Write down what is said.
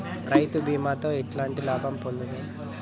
రైతు బీమాతో ఎట్లాంటి లాభం పొందుతం?